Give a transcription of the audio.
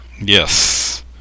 Yes